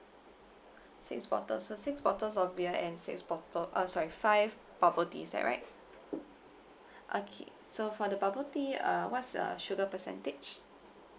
six bottle so six bottles of beer and six bottle uh sorry five bubble tea is that right okay so for the bubble tea uh what's your sugar percentage